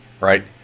right